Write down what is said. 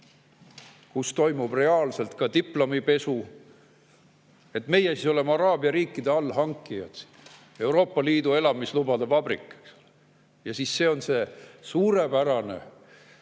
kus toimub reaalselt ka diplomipesu? Meie siis oleme araabia riikide allhankijad, Euroopa Liidu elamislubade vabrik. See on siis see suurepärane